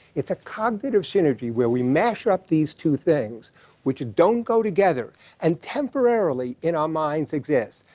it's a cognitive synergy where we mash up these two things which don't go together and temporarily in our minds exist.